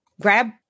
Grab